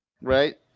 right